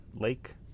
lake